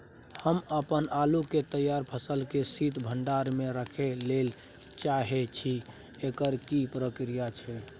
हम अपन आलू के तैयार फसल के शीत भंडार में रखै लेल चाहे छी, एकर की प्रक्रिया छै?